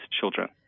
children